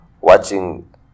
watching